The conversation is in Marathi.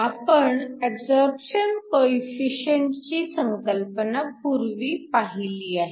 आपण ऍबसॉरपशन कोएफिशिअंट ची संकल्पना पूर्वी पाहिली आहे